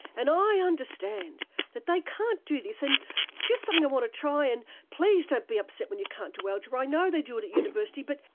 and um i understand that they can't do this, and it's just something i want to try, and please don't be upset when you can't do algebra, i know they do it at university but,